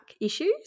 issues